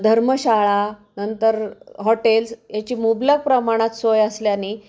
धर्मशाळा नंतर हॉटेल्स याची मुबलक प्रमाणात सोय असल्याने